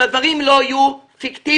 כדי שהדברים לא יהיו פיקטיביים,